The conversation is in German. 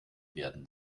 werden